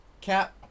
Cap